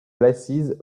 glasses